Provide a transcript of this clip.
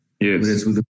Yes